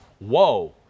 whoa